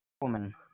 woman